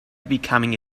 becoming